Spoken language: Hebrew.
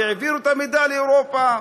והעבירו את המדע לאירופה.